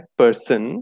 person